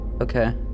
okay